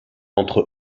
entre